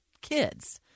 kids